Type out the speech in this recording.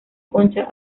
concha